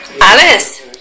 Alice